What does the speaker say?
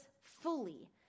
fully